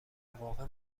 واقع